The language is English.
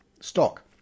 stock